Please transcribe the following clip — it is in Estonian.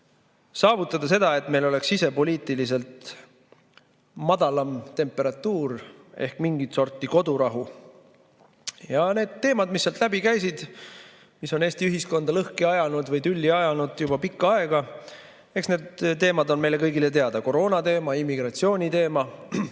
saavutada seda, et meil oleks sisepoliitiliselt madalam temperatuur ehk mingit sorti kodurahu. Eks need teemad, mis sealt läbi käisid, mis on Eesti ühiskonda lõhki ajanud või tülli ajanud juba pikka aega, on meile kõigile teada – koroonateema, immigratsiooniteema,